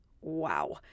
Wow